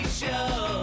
show